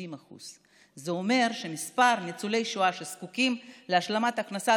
70%. זה אומר שמספר ניצולי השואה שזקוקים להשלמת הכנסה,